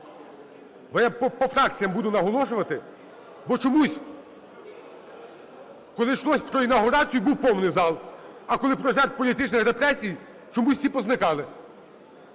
я по фракціям буду наголошувати. Бо чомусь, коли йшлось про інавгурацію, був повний зал, а коли про жертв політичних репресій, чомусь всі позникали.